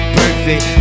perfect